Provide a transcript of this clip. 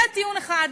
זה טיעון אחד.